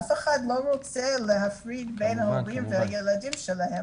אף אחד לא רוצה להפריד בין ההורים והילדים שלהם.